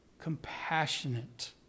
compassionate